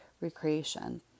recreation